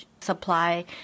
supply